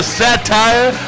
satire